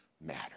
matter